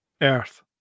Earth